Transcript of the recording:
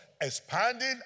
expanding